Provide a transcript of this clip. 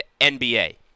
NBA